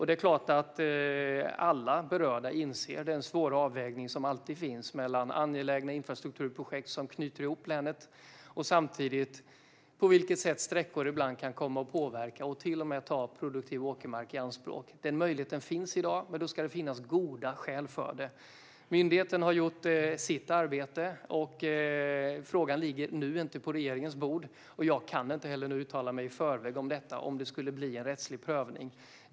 Det är klart att alla berörda inser den svåra avvägning som alltid finns mellan angelägna infrastrukturprojekt som knyter ihop länet och samtidigt på vilket sätt sträckor ibland kan komma att påverka och till och med ta produktiv åkermark i anspråk. Den möjligheten finns i dag. Men då ska det finnas goda skäl för det. Myndigheten har gjort sitt arbete. Frågan ligger nu inte på regeringens bord. Jag kan heller inte nu uttala mig i förväg om detta om det skulle bli en rättslig prövning.